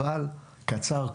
אבל קצר,